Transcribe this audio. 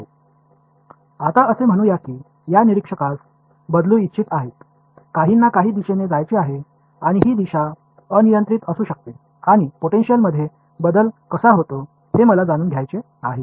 இப்போது இந்த அப்ஸர்வர் மாற்ற விரும்புகிறார் சில தன்னிச்சையான திசையில் செல்லவும் செய்கிறது அப்போது எவ்வாறு பொட்டன்ஷியல் மாறுகிறது என்பதனை நான் அறிய விரும்புகிறேன்